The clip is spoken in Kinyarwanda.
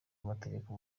amategeko